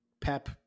pep